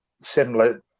similar